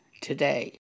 today